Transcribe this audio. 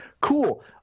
Cool